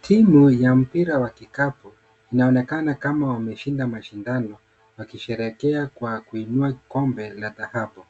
Timu ya mpira wa kikapu inaonekana kama wameshinda mashindano, wakisherehekea kwa kuinua kombe, la dhahabu.